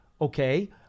okay